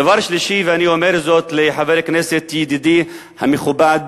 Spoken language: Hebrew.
דבר שלישי, ואני אומר זאת לחבר הכנסת ידידי המכובד